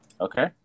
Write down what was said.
Okay